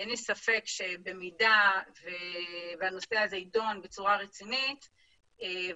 אין לי ספק שבמידה והנושא הזה יידון בצורה רצינית ותתקבל